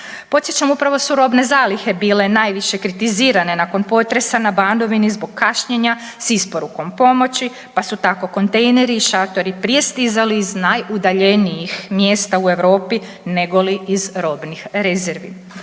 Podsjećam upravo su robne zalihe bile najviše kritizirane nakon potresa na Banovini zbog kašnjenja s isporukom pomoći pa su tako kontejneri i šatori prije stizali iz najudaljenijih mjesta u Europi nego li iz robnih rezervi.